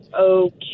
okay